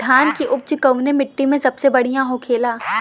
धान की उपज कवने मिट्टी में सबसे बढ़ियां होखेला?